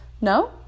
No